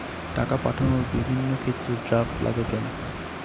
টাকা পাঠানোর বিভিন্ন ক্ষেত্রে ড্রাফট লাগে কেন?